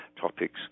topics